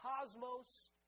cosmos